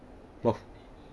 !wah!